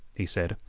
he said,